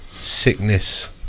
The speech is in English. sickness